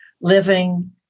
living